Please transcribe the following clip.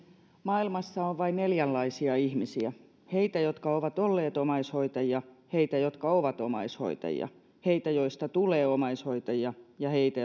maailmassa on vain neljänlaisia ihmisiä heitä jotka ovat olleet omaishoitajia heitä jotka ovat omaishoitajia heitä joista tulee omaishoitajia ja heitä